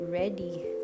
ready